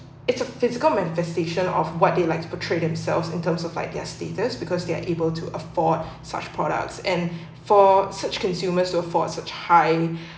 it's a physical manifestation of what they like to portray themselves in terms of like their status because they are able to afford such products and for such consumers to afford such high